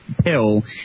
pill